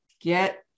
Get